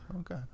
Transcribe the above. Okay